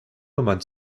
nummern